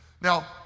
Now